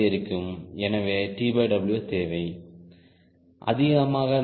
எனவே TW தேவை அதிகமாகும்